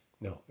No